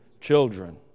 children